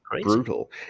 brutal